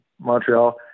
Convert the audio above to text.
Montreal